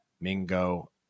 Mingo